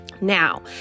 Now